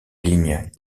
ligne